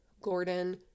Gordon